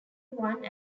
one